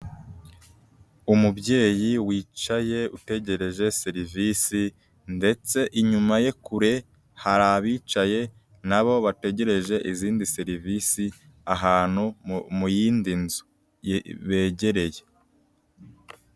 Umubyeyi wicaye utegereje serivisi ndetse inyuma ye kure hari abicaye na bo bategereje izindi serivisi, ahantu mu yindi nzu begereye.